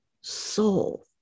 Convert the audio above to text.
soul